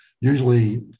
usually